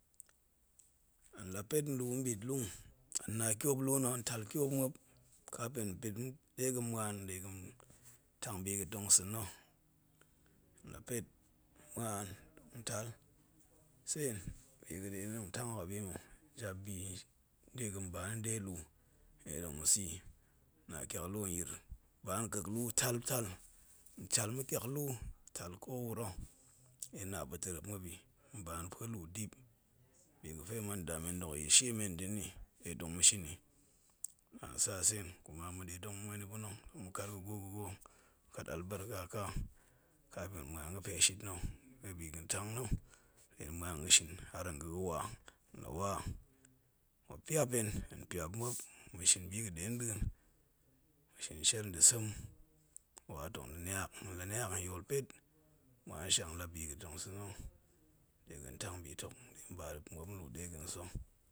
Hen la̱ pet nluu npitlung, hen na tiop luu na̱ hen tal tiop muop kafin hen pet muan de ga̱ntang bi ga̱ tong sa̱ na̱ la pet muan tal sen, bi ga̱ ɗe na̱ tong tang hok a bima̱? A bi ga̱ tong bana̱. na̱ ni luu ɗe tung ma̱ sa̱i, hen ba kek luu tal tal, hen tal ma̱ pa̱p luu ko wuro ɗe hen na pa̱ ta̱rep muopi pue luu dip, bi ga̱ pe ma̱ndamen dok yil she men ta̱ nni ɗe tong ma̱ shin ni naan sa sen, kuma ma̱ nɗe tong ma̱ muen ni pa̱na̱ ga̱ gwo ga̱ gwo ga̱ albarka ka. hen muan ga̱ ga̱ shin har hen ga̱ ga̱ wa, hen la wa, muop piap hen, hen piap muop ma̱ shin bi ga̱ ɗennda̱a̱n, ma̱ shin shel nda̱ sem, wa tong da̱ niak, hen la niak hen yol pet muan shang bi ga̱ tong sa̱ na̱ de ga̱a̱n tang bitok ba den pa̱ muop nluu de sa̱.